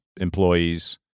employees